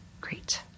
Great